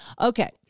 Okay